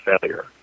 failure